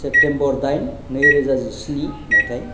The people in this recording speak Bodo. सेप्तेम्बर दाइन नैरोजा जिस्नि मायथाइ